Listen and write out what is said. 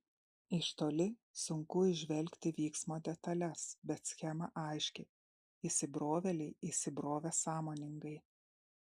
iš toli sunku įžvelgti vyksmo detales bet schema aiški įsibrovėliai įsibrovė sąmoningai